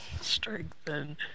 Strengthen